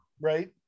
right